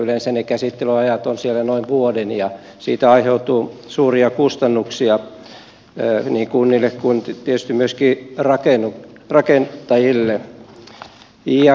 yleensä ne käsittelyajat ovat siellä noin vuoden ja siitä aiheutuu suuria kustannuksia niin kunnille kuin tietysti myöskin rakentajille